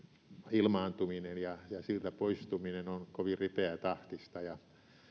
ilmaantuminen ja siltä poistuminen on kovin ripeätahtista ja